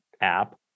app